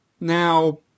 Now